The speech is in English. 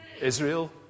Israel